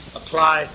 apply